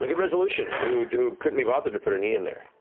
wickdresolution, who who couldn't be bothered to put an e in there.